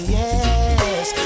yes